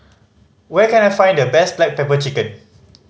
where can I find the best black pepper chicken